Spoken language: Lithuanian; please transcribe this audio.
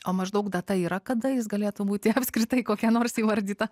o maždaug data yra kada jis galėtų būti apskritai kokia nors įvardyta